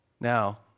Now